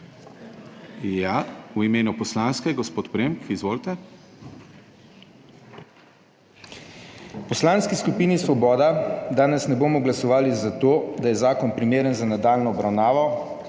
V Poslanski skupini Svoboda danes ne bomo glasovali za to, da je zakon primeren za nadaljnjo obravnavo,